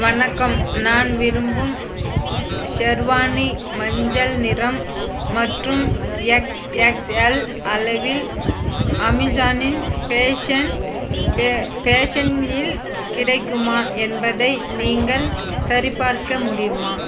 வணக்கம் நான் விரும்பும் ஸ் ஷெர்வானி மஞ்சள் நிறம் மற்றும் எக்ஸ் எக்ஸ்எல் அளவில் அமேசானின் பேஷன் பே பேஷனில் கிடைக்குமா என்பதை நீங்கள் சரிபார்க்க முடியுமா